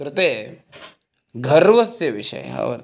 कृते गर्वस्य विषयः वर्तते